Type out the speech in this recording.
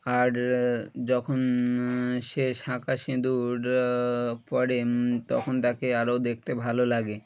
আর যখন সে শাঁখা সিঁদুর পরে তখন তাকে আরও দেখতে ভালো লাগে